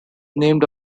named